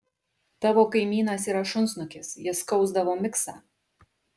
tavo kaimynas yra šunsnukis jis skausdavo miksą